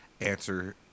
answer